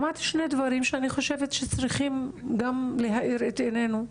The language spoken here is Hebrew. שמעתי שני דברים שאני חושבת שצריכים גם להאיר את עיננו.